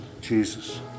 Jesus